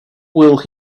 will